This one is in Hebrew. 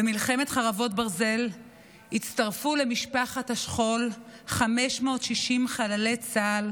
במלחמת חרבות ברזל הצטרפו למשפחת השכול 560 חללי צה"ל,